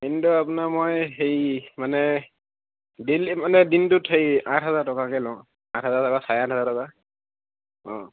কিন্তু আপোনাৰ মই হেৰি মানে ডেইলি মানে দিনটোত হেৰি আঠ হাজাৰ টকাকৈ লওঁ আঠ হাজাৰ টকা চাৰে আঠ হাজাৰ টকা অঁ